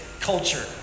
culture